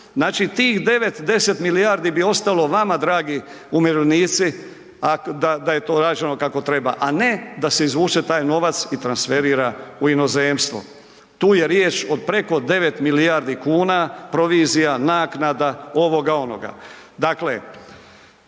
Znači tih 9, 10 milijardi bi ostalo vama, dragi umirovljenici, da je to rađeno kako treba, a ne da se izvuče taj novac i transferira u inozemstvo. Tu je riječ od preko 9 milijardi kuna, provizija, naknada, ovoga, onoga. Dakle,